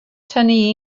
tynnu